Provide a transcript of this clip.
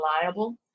reliable